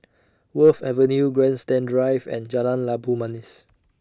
Wharf Avenue Grandstand Drive and Jalan Labu Manis